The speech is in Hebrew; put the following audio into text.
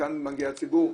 כאן מגיע הציבור,